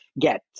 get